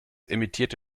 emittierte